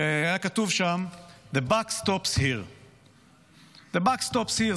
היה כתוב שם: The buck stops here. The buck stops here,